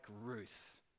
Ruth